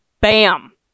Bam